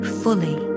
fully